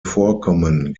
vorkommen